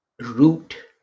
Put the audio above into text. root